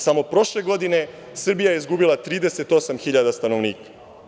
Samo prošle godine Srbija je izgubila 38.000 stanovnika.